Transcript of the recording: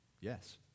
Yes